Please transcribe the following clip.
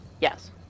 Yes